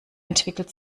entwickelt